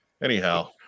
Anyhow